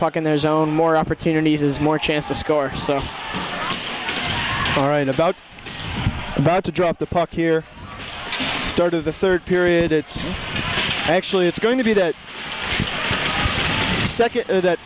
puck in there's own more opportunities is more chance to score so all right about about to drop the puck here start of the third period it's actually it's going to be that second that